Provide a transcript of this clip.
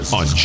on